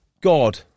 God